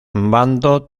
bando